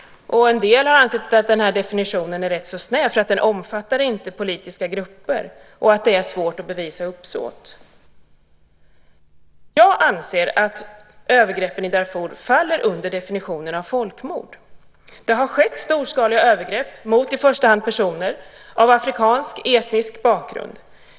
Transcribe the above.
En del har ansett att denna definition är rätt så snäv. Den omfattar inte politiska grupper. Det är också svårt att bevisa uppsåt. Jag anser att övergreppen i Darfur faller under definitionen av folkmord. Det har skett storskaliga övergrepp mot i första hand personer av afrikansk etnisk bakgrund.